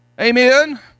Amen